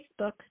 Facebook